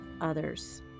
others